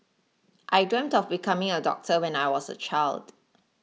I dreamt of becoming a doctor when I was a child